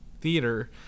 theater